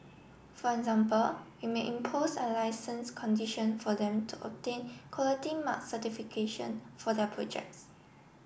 for example we may impose a licence condition for them to obtain Quality Mark certification for their projects